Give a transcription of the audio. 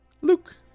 luke